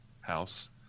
house